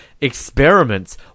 experiments